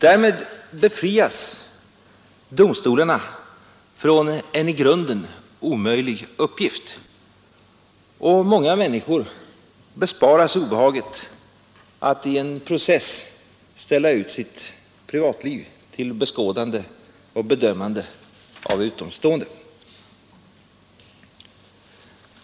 Därmed befrias domstolarna från en i grunden omöjlig uppgift, och många människor besparas obehaget att i en process ställa ut sitt privatliv till beskådande och bedömande av utomstående.